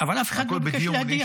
אבל אף אחד לא ביקש להדיח אותך.